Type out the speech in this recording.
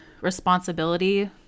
responsibility